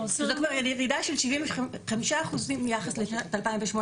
ירידה של 75 אחוזים ביחס לשנת 2018,